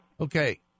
Okay